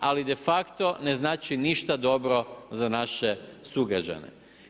Ali de facto ne znači ništa dobro za naše sugrađane.